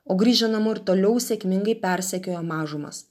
o grįžę namo ir toliau sėkmingai persekioja mažumas